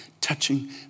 touching